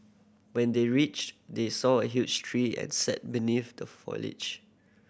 when they reached they saw a huge tree and sat beneath the foliage